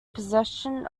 possession